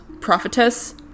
prophetess